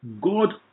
God